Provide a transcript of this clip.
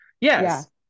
Yes